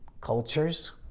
cultures